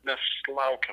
mes laukiam